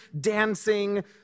dancing